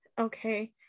okay